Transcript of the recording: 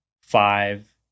five